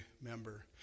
member